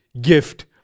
gift